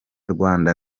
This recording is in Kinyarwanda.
rwanda